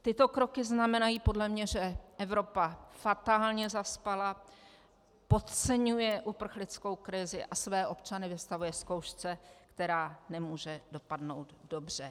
Tyto kroky znamenají podle mě, že Evropa fatálně zaspala, podceňuje uprchlickou krizi a své občany vystavuje zkoušce, která nemůže dopadnout dobře.